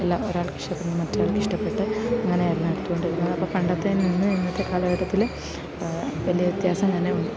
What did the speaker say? എല്ലാം ഒരാൾക്കിഷ്ടപ്പെടുന്ന മറ്റൊരാൾക്കിഷ്ടപ്പെട്ട് അങ്ങനെയായിരുന്നു എടുത്തു കൊണ്ടിരുന്നത് അപ്പം പണ്ടത്തതിൽ നിന്ന് ഇന്നത്തെ കാലഘട്ടത്തിൽ വലിയ വ്യത്യാസം തന്നെ ഉണ്ട്